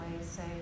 say